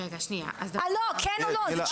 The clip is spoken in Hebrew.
רגע, שנייה, אז --- לא, כן או לא?